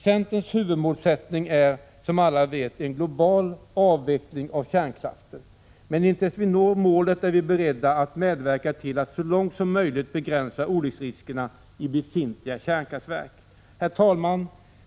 Centerns huvudmålsättning är som alla vet en global avveckling av kärnkraften, men tills vi når det målet är vi beredda att medverka till att så långt som möjligt begränsa olycksriskerna i befintliga kärnkraftverk. Herr talman!